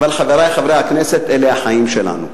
אבל, חברי חברי הכנסת, אלה החיים שלנו.